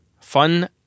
fun